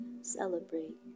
Celebrate